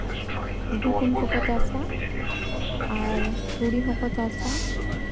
ᱜᱩᱦᱩᱢ ᱠᱚᱠᱚ ᱪᱟᱥᱟ ᱟᱨ ᱛᱩᱲᱤ ᱦᱚᱸᱠᱚ ᱪᱟᱥᱟ